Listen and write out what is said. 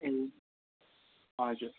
ए हजुर